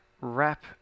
wrap